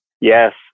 yes